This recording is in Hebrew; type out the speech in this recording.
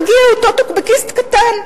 מגיע אותו טוקבקיסט קטן,